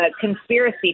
conspiracy